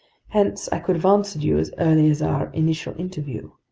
hence i could have answered you as early as our initial interview,